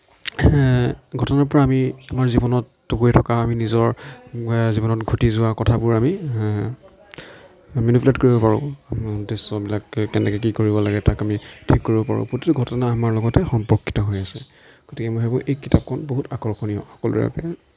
ঘটনাৰ পৰা আমি আমাৰ জীৱনত হৈ থকা আমি নিজৰ জীৱনত ঘটি যোৱা কথাবোৰ আমি মেনিপুলেট কৰিব পাৰোঁ দৃশ্যবিলাক কেনেকৈ কি কৰিব লাগে তাক আমি ঠিক কৰিব পাৰোঁ প্ৰতিটো ঘটনা আমাৰ লগতে সম্পৰ্কিত হৈ আছে গতিকে মই ভাবোঁ এই কিতাপখন বহুত আকৰ্ষণীয় সকলোৰে বাবে